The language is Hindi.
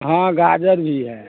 हाँ गाजर भी है